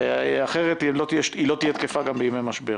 אחרת היא לא תהיה תקפה גם בימי משבר.